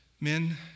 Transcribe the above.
Men